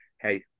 hey